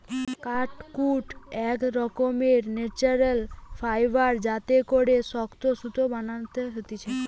কাটাকুট এক রকমের ন্যাচারাল ফাইবার যাতে করে শক্ত সুতা বানাতিছে